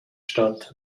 statt